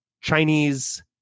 Chinese